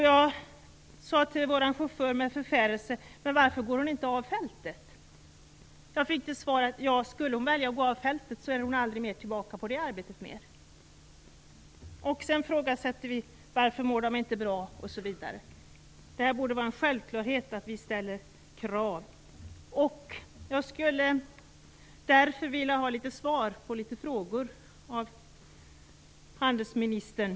Jag frågade med förfäran vår chaufför varför hon inte gick av fältet. Jag fick till svar att om hon skulle välja att gå av fältet, så kommer hon aldrig mer tillbaka till det arbetet. Sedan frågar vi varför de inte mår bra osv.! Det borde vara en självklarhet att vi ställer krav, och jag skulle därför vilja ha svar på några frågor från utrikeshandelsministern.